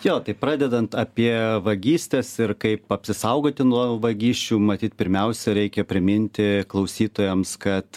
jo tai pradedant apie vagystes ir kaip apsisaugoti nuo vagysčių matyt pirmiausia reikia priminti klausytojams kad